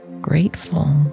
grateful